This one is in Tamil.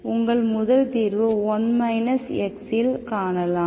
உங்கள் முதல் தீர்வு 1 xஇல் காணலாம்